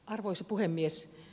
arvoisa puhemies